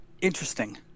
interesting